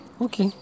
okay